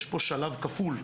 יש פה שלב כפול,